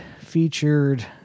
featured